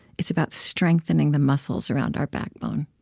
it's about strengthening the muscles around our backbone.